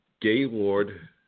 Gaylord